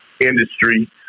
industry